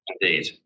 Indeed